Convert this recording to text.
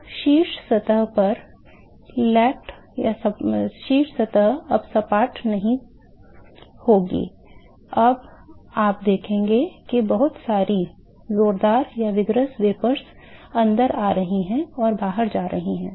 तो शीर्ष सतह अब सपाट नहीं होगी आप देखेंगे कि बहुतसारी जोरदार वाष्प अंदर आरही हैं और बाहर जा रही हैं